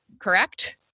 correct